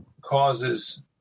causes